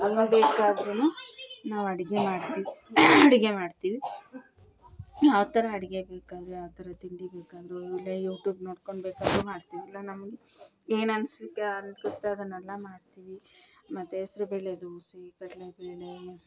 ಒಂದೊಂದೆ ಇಟ್ಟಾದ್ರೂ ನಾವು ಅಡುಗೆ ಮಾಡ್ತಿ ಅಡುಗೆ ಮಾಡ್ತೀವಿ ಯಾವ ಥರ ಅಡುಗೆ ಬೇಕೆಂದ್ರೆ ಯಾವ ಥರ ತಿಂಡಿ ಬೇಕೆಂದ್ರೂ ಇಲ್ಲೇ ಯೂಟ್ಯೂಬ್ ನೋಡ್ಕೊಂಡು ಬೇಕಾದರೂ ಮಾಡ್ತೀನಿ ಇಲ್ಲ ನಮ್ಮ ಏನನ್ನಿಸುತ್ತೆ ಅನ್ನಿಸುತ್ತೆ ಅದನ್ನೆಲ್ಲ ಮಾಡ್ತೀವಿ ಮತ್ತೆ ಹೆಸ್ರು ಬೇಳೆ ದೋಸೆ ಕಡಲೆ ಬೇಳೆ